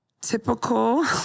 typical